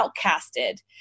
outcasted